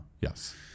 Yes